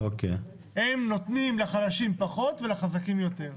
הם נותנים לחלשים פחות ולחזקים יותר.